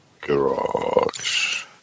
Garage